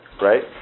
Right